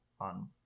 on